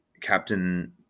Captain